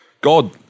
God